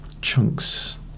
chunks